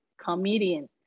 comedian